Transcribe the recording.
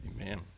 Amen